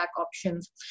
options